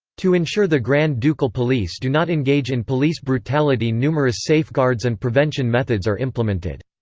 to ensure the grand ducal police do not engage in police brutality numerous safeguards and prevention methods are implemented.